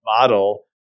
model